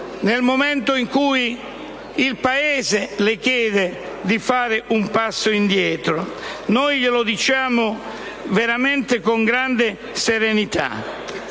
sono questi e il Paese le chiede di fare un passo indietro, noi glielo diciamo veramente con grande serenità: